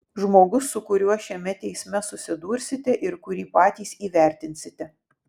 žmogus su kuriuo šiame teisme susidursite ir kurį patys įvertinsite